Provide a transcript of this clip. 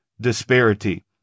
disparity